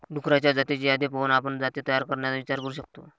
डुक्करांच्या जातींची यादी पाहून आपण जाती तयार करण्याचा विचार करू शकतो